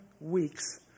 weeks